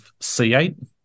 C8